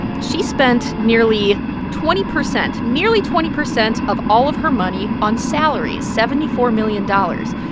she spent nearly twenty percent nearly twenty percent of all of her money on salaries seventy four million dollars.